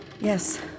Yes